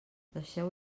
deixeu